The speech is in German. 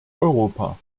europa